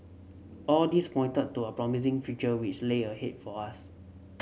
all this pointed to a promising future which lay ahead for us